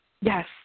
Yes